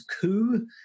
coup